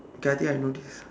okay I think I know this